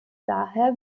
daher